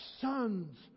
sons